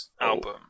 album